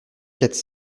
quatre